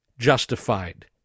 Justified